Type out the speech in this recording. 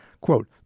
Quote